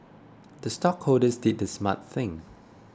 the stockholders did the smart thing